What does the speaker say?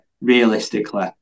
realistically